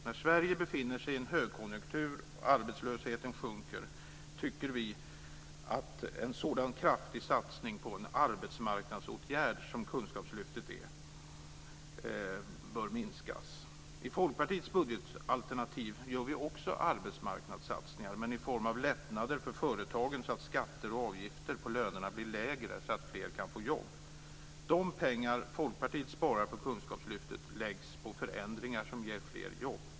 När Sverige befinner sig i en högkonjunktur och arbetslösheten sjunker tycker vi att en sådan kraftig satsning på en sådan arbetsmarknadsåtgärd som kunskapslyftet är bör minskas. Också i Folkpartiets budgetalternativ görs arbetsmarknadssatsningar men i form av lättnader för företagen, så att skatter och avgifter på lönerna blir lägre och fler kan få jobb. De pengar som Folkpartiet sparar på kunskapslyftet läggs på förändringar som ger fler jobb.